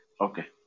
Okay